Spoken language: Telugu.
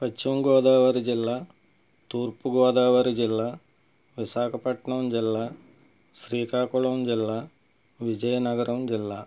పశ్చిమగోదావరి జిల్లా తూర్పుగోదావరి జిల్లా విశాఖపట్నం జిల్లా శ్రీకాకుళం జిల్లా విజయనగరం జిల్లా